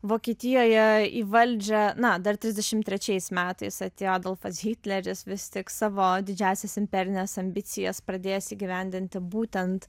vokietijoje į valdžią na dar trisdešimt trečiais metais atėjo adolfas hitleris vis tik savo didžiąsias imperines ambicijas pradėjęs įgyvendinti būtent